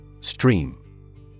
Stream